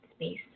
space